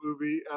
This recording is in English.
movie